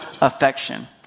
affection